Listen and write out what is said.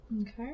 Okay